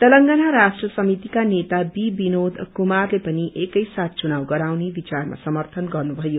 तेलेगनाना राष्ट्र समितिका नेता बी बिनोद क्रुमारले पनि एकैसाथ चुनाव गराउने विचारमा समर्थन गर्नुभयो